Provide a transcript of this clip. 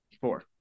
Four